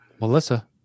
Melissa